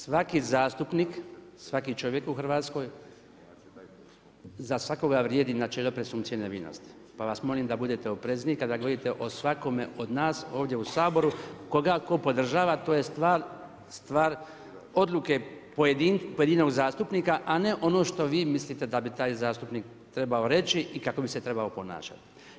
Svaki zastupnik, svaki čovjek u Hrvatskoj, za svakog vrijedi načelo presumpcije nevinosti pa vas molim da budete oprezniji kada govorite o svakom od nas ovdje u Saboru. koga tko podržava, to je stvar odluke pojedinog zastupnika a ne ono što vi mislite da bi taj zastupnik trebao reći i kako bi se trebao ponašati.